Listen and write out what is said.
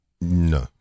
No